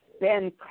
Ben